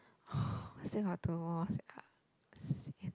still got two more sia